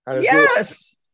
Yes